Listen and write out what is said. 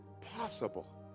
possible